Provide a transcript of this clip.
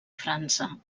frança